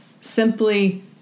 simply